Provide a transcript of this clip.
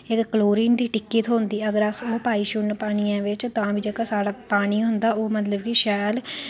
अस ओह्दे बिच्च इक क्लोरीन दी टिक्की थ्होंदी अगर अस ओह् पाई छोड़न पानियै च तां बी साढ़ा पानी ऐ ओह् साफ होई सकदा ऐ